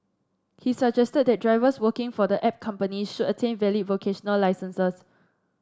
he suggested that drivers working for the app companies should attain valid vocational licences